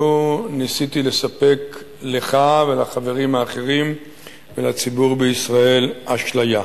לו ניסיתי לספק לך ולחברים האחרים ולציבור בישראל אשליה.